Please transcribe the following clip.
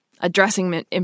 addressing